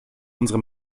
unsere